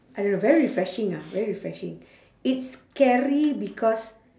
I don't know very refreshing ah very refreshing it's scary because